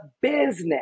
business